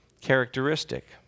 characteristic